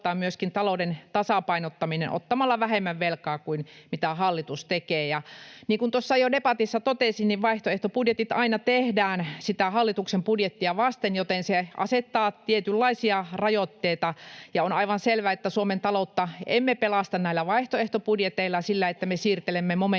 myöskin talouden tasapainottamisen ottamalla vähemmän velkaa kuin mitä hallitus tekee. Niin kuin tuossa debatissa jo totesin, vaihtoehtobudjetit aina tehdään sitä hallituksen budjettia vasten, joten se asettaa tietynlaisia rajoitteita, ja on aivan selvä, että Suomen taloutta emme pelasta näillä vaihtoehtobudjeteilla — sillä, että me siirtelemme